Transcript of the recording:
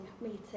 meeting